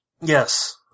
Yes